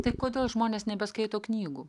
tai kodėl žmonės nebeskaito knygų